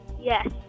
Yes